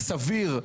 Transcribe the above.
הסביר,